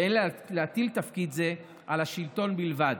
ואין להטיל תפקיד זה על השלטון בלבד.